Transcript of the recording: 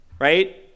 right